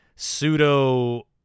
pseudo